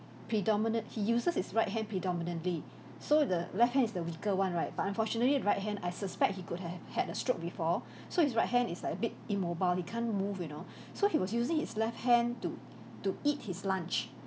predominate he uses his right hand predominantly so the left hand is the weaker one right but unfortunately right hand I suspect he could have had a stroke before so his right hand is like a bit immobile he can't move you know so he was using his left hand to to eat his lunch